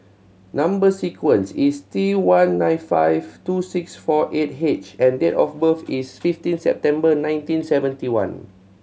number sequence is T one nine five two six four eight H and date of birth is fifteen September nineteen seventy one